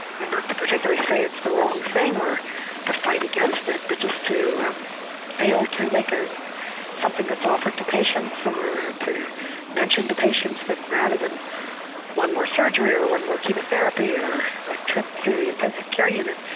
and not to particularly say it's the wrong thing, or to fight against it, but just to um fail to make ah something that's offered to patients, or ah to mention to patients that rather than one more surgery, or one more chemotherapy or a trip through the but intensive care unit,